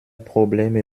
probleme